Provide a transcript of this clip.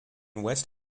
west